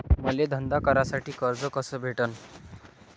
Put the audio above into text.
मले धंदा करासाठी कर्ज कस भेटन?